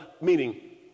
meaning